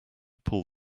pull